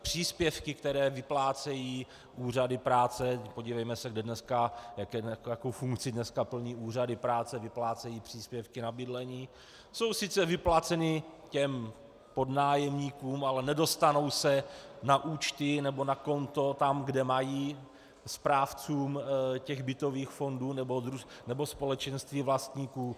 Příspěvky, které vyplácejí úřady práce podívejme se, jakou funkci dneska plní úřady práce: vyplácejí příspěvky na bydlení jsou sice vypláceny těm podnájemníkům, ale nedostanou se na účty nebo na konto tam, kde mají, správcům bytových fondů nebo společenství vlastníků.